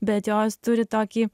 bet jos turi tokį